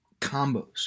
Combos